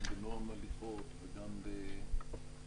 גם בנועם הליכות וגם באמת,